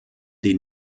die